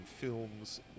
films